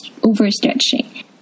overstretching